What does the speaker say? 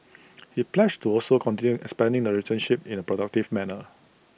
he pledged to also continue expanding the relationship in A productive manner